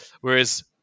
Whereas